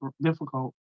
difficult